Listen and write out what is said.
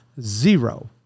Zero